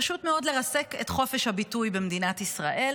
פשוט מאוד לרסק את חופש הביטוי במדינת ישראל,